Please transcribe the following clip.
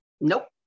Nope